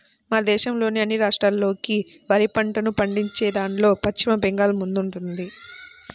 మన దేశంలోని అన్ని రాష్ట్రాల్లోకి వరి పంటను పండించేదాన్లో పశ్చిమ బెంగాల్ ముందుందంట